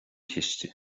chiste